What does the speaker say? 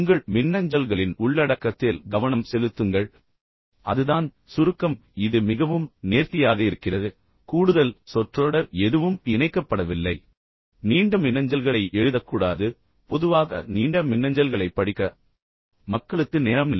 உங்கள் மின்னஞ்சல்களின் உள்ளடக்கத்தில் கவனம் செலுத்துங்கள் அதுதான் சுருக்கம் என்பதன் பொருள் இது மிகவும் நேர்த்தியாக இருக்கிறது கூடுதல் சொற்றொடர் எதுவும் இணைக்கப்படவில்லை மற்றும் இது சுருக்கமாக இருக்க வேண்டும் நீண்ட மின்னஞ்சல்களை எழுதக்கூடாது பொதுவாக நீண்ட மின்னஞ்சல்களைப் படிக்க மக்களுக்கு நேரம் இல்லை